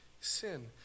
sin